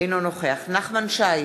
אינו נוכח נחמן שי,